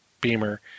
Beamer